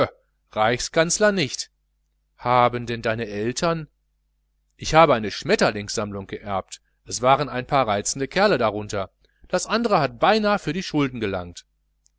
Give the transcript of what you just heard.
reichskanzler nicht haben denn deine eltern ich habe eine schmetterlingssammlung geerbt es waren ein paar reizende kerle darunter das andre hat beinah für die schulden gelangt